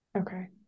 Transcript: Okay